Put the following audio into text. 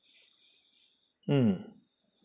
mm